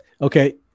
okay